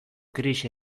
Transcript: gris